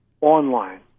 online